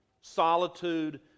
solitude